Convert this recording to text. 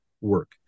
work